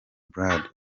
brady